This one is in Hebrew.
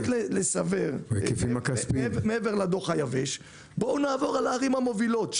מעבר לדוח היבש, בואו נעבור על הערים המובילות.